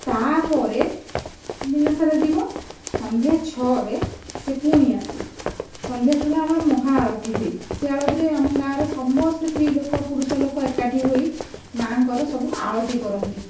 ତାପରେ ଦିନସାରା ଯିବ ସନ୍ଧ୍ୟା ଛଅରେ ସେ ପୁଣି ଆସେ ସନ୍ଧ୍ୟା ସମୟରେ ଆମର ମହାଆଳତି ହୁଏ ସେ ଆଳତିରେ ଆମ ଗାଁର ସମସ୍ତେ ସ୍ତ୍ରୀଲୋକ ପୁରୁଷ ଲୋକ ଏକାଠି ହୋଇ ମାଙ୍କର ସବୁ ଆଳତି କରନ୍ତି